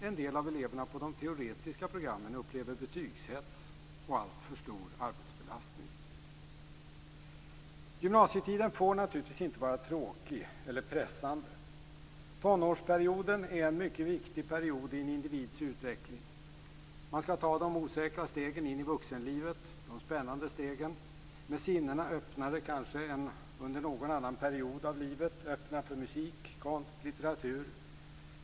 En del av eleverna på de teoretiska programmen upplever betygshets och alltför stor arbetsbelastning. Gymnasietiden får naturligtvis inte vara varken tråkig eller pressande. Tonårsperioden är en mycket viktig period i en individs utveckling. Man skall ta de osäkra, spännande stegen in i vuxenlivet, med sinnena öppnare än kanske under någon annan period av livet - öppna för musik, konst och litteratur.